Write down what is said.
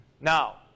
Now